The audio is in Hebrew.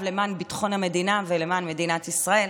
למען ביטחון המדינה ולמען מדינת ישראל.